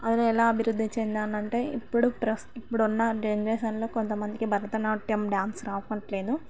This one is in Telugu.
అది ఎలా అభివృద్ధి చెందానంటే ఇప్పుడు ప్రస్ ఇప్పుడున్న కొంతమందికి భరతనాట్యం డాన్స్ రావట్లేదు